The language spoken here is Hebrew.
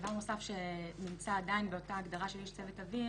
דבר נוסף שנמצא עדיין באותה הגדרה של איש צוות אוויר